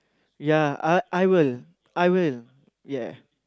ya uh I will I will ya